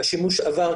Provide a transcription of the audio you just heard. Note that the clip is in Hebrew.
השימוש עבר,